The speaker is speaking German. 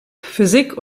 physik